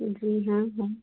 जी हाँ है